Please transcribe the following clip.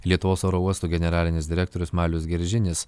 lietuvos oro uosto generalinis direktorius marius gelžinis